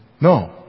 No